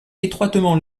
étroitement